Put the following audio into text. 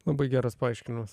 labai geras paaiškinimas